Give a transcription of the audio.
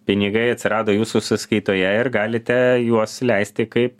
pinigai atsirado jūsų sąskaitoje ir galite juos leisti kaip